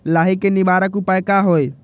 लाही के निवारक उपाय का होई?